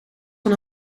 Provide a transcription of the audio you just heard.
van